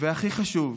והכי חשוב,